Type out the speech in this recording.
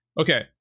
okay